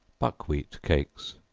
buckwheat cakes.